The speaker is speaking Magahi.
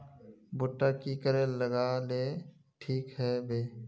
भुट्टा की करे लगा ले ठिक है बय?